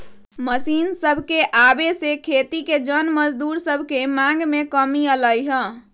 machine सभके आबे से खेती के जन मजदूर सभके मांग में कमी अलै ह